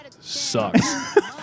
sucks